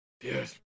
Yes